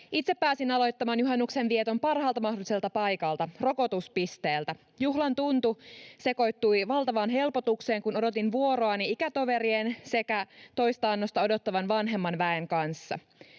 Itse pääsin aloittamaan juhannuksenvieton parhaalta mahdolliselta paikalta: rokotuspisteeltä. Juhlan tuntu sekoittui valtavaan helpotukseen, kun odotin vuoroani ikätoverien sekä toista annosta odottavan vanhemman väen kanssa.